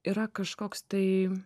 yra kažkoks tai